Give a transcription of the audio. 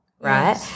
right